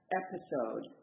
episode